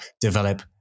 develop